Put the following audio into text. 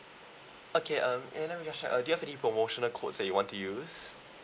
okay um and I would just check uh do you have any promotional code that you want to use